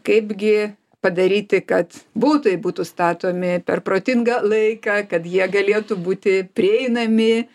kaipgi padaryti kad butai būtų statomi per protingą laiką kad jie galėtų būti prieinami